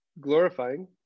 glorifying